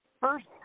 first